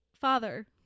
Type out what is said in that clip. Father